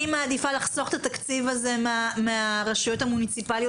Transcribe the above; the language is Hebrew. אני מעדיפה לחסוך את התקציב הזה מהרשויות המוניציפליות